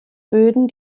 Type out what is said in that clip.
böden